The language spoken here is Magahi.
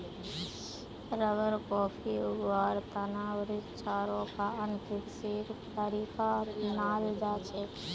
रबर, कॉफी उगव्वार त न वृक्षारोपण कृषिर तरीका अपनाल जा छेक